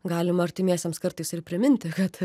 galim artimiesiems kartais ir priminti kad